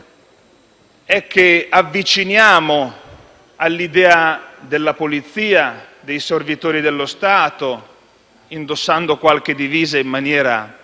è che avviciniamo all'idea della polizia e, dei servitori dello Stato indossando qualche divisa, in maniera